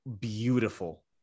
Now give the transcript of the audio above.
beautiful